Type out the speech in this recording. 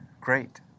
great